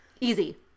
Easy